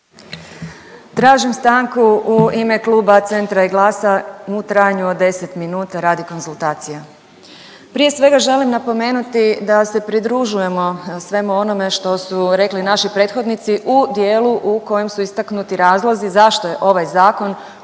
Tražim stanku u ime Kluba Centra i Glasa u trajanju od 10 minuta, radi konzultacija. Prije svega želim napomenuti da se pridružujemo svemu onome što su rekli naši prethodnici u dijelu u kojem su istaknuti razlozi zašto je ovaj zakon